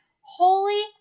holy